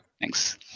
Thanks